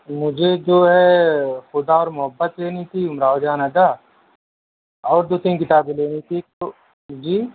مجھے جو ہے خدا اور محبت لینی تھی امراؤ جان ادا اور دو تین کتابیں لینی تھی تو جی